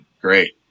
Great